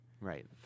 Right